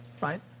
right